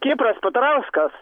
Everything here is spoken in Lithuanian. kipras petrauskas